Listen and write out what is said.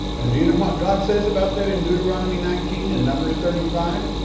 and do you know what god says about that in deuteronomy nineteen in numbers thirty five,